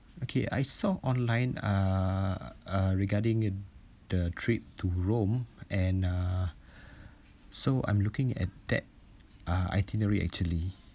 okay I saw online uh uh regarding the trip to rome and uh so I'm looking at that uh itinerary actually